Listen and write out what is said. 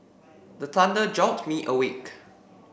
the thunder jolt me awake